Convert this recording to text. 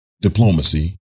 diplomacy